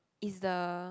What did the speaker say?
is the